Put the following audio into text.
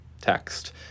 text